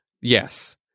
Yes